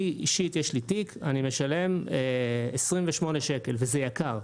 אני אישית יש לי תיק, אני משלם 28 שקל וזה יקר.